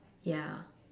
ya